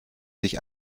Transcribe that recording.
sich